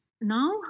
now